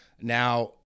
Now